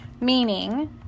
meaning